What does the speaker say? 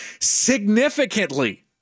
significantly